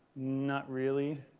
not really.